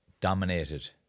Dominated